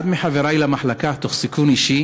אחד מחברי למחלקה, תוך סיכון אישי,